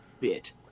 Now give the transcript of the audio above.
bit